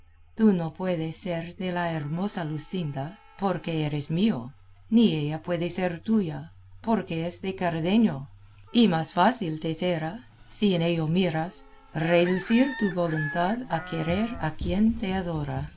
tú no puedes ser de la hermosa luscinda porque eres mío ni ella puede ser tuya porque es de cardenio y más fácil te será si en ello miras reducir tu voluntad a querer a quien te adora